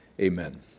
Amen